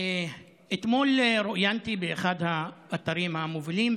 אתמול רואיינתי לאחד האתרים המובילים,